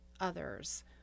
others